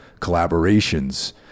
collaborations